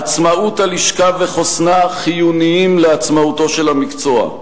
עצמאות הלשכה וחוסנה חיוניים לעצמאותו של המקצוע.